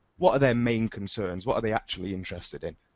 what are their main concerns, what are they actually interested in?